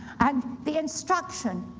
and the instruction,